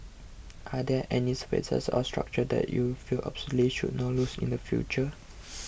are there any spaces or structures that you feel absolutely should not lose in the future